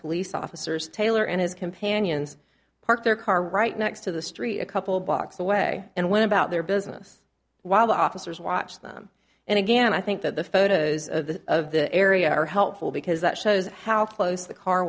police officers taylor and his companions parked their car right next to the street a couple blocks away and went about their business while the officers watched them and again i think that the photos of the area are helpful because that shows how close the car